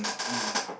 mm